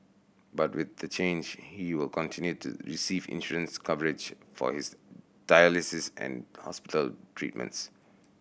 but with the change he will continue to receive insurance coverage for his dialysis and hospital treatments